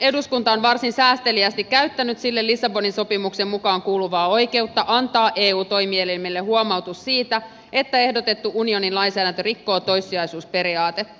eduskunta on varsin säästeliäästi käyttänyt sille lissabonin sopimuksen mukaan kuuluvaa oikeutta antaa eu toimielimelle huomautus siitä että ehdotettu unionin lainsäädäntö rikkoo toissijaisuusperiaatetta